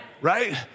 Right